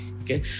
Okay